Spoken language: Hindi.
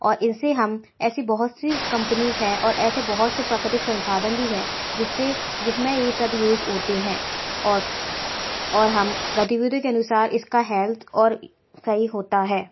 और इनसे हम ऐसी बहुत सी कंपनीज़ हैं और ऐसे बहुत से प्राकृतिक संसाधन भी हैं जिससे जिसमें ये सब यूज होते हैं और और हम गतिविधियों के अनुसार इसका हेल्थ और सही होता है